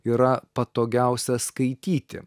yra patogiausia skaityti